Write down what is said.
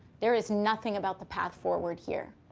there is nothing about the path forward here.